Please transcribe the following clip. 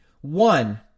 One